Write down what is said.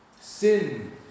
Sin